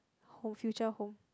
home future home